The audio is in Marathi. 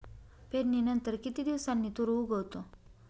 पेरणीनंतर किती दिवसांनी तूर उगवतो?